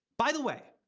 by the way,